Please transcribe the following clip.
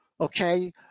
Okay